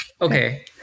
okay